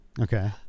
Okay